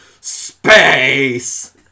space